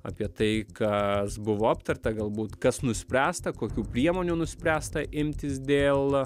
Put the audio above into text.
apie tai kas buvo aptarta galbūt kas nuspręsta kokių priemonių nuspręsta imtis dėl